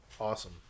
awesome